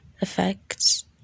effects